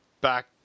back